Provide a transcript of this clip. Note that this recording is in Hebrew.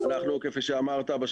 כפי שאמרת,